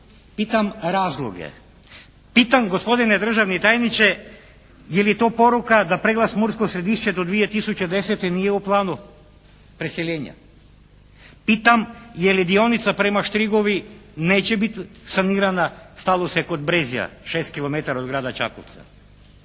pitam razloge, pitam gospodine državni tajniče je li to poruka da prijelaz Mursko Središće do 2010. nije u planu preseljenja. Pitam je li dionica prema Štrigovi neće biti sanirana, stalo se kod Brezja, 6 kilometara od grada Čakovca,